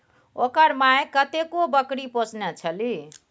ओकर माइ कतेको बकरी पोसने छलीह